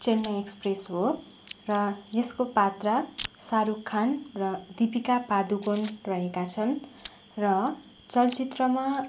Chennai Express हो र यसको पात्र शाहरुख खान र दिपिका पादुकोण रहेका छन् र चलचित्रमा